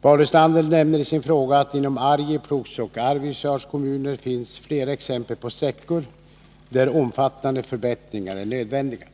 Paul Lestander nämner i sin fråga att det inom Arjeplogs och Arvidsjaurs kommuner finns flera exempel på sträckor där omfattande förbättringar är nödvändiga.